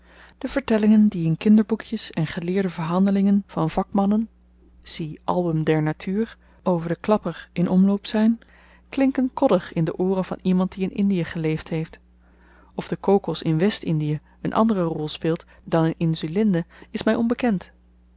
de vertellingen die in kinderboekjes en in geleerde verhandelingen van vakmannen zie album der natuur over den klapper in omloop zyn klinken koddig in de ooren van iemand die in indie geleefd heeft of de kokos in west-indie n andere rol speelt dan in insulinde is my onbekend